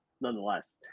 nonetheless